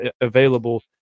available